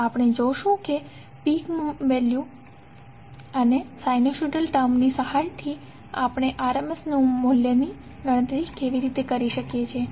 આપણે જોશું કે પીક મૂલ્ય અને સાઈનુસોઇડલ ટર્મ ની સહાયથી આપણે RMS મૂલ્ય કેવી રીતે મેળવી શકીએ છીએ